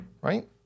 Right